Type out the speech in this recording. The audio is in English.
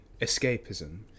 escapism